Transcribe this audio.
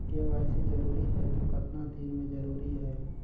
KYC जरूरी हे तो कतना दिन मे जरूरी है?